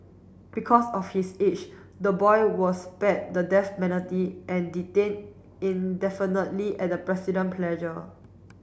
because of his age the boy was spared the death penalty and detained indefinitely at the President pleasure